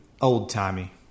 old-timey